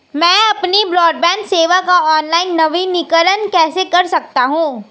मैं अपनी ब्रॉडबैंड सेवा का ऑनलाइन नवीनीकरण कैसे कर सकता हूं?